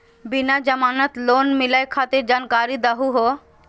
बिना जमानत लोन मिलई खातिर जानकारी दहु हो?